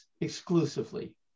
exclusively